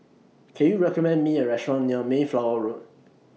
Can YOU recommend Me A Restaurant near Mayflower Road